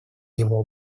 его